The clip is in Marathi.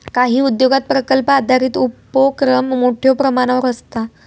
काही उद्योगांत प्रकल्प आधारित उपोक्रम मोठ्यो प्रमाणावर आसता